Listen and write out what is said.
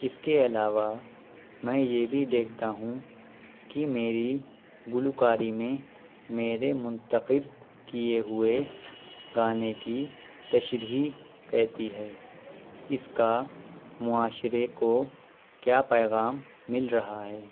اس کے علاوہ میں یہ بھی دیکھتا ہوں کہ میری گلوکاری میں میرے منتخب کیے ہوئے گانے کی تشریح کیسی ہے اس کا معاشرہ کو کیا پیغام مل رہا ہے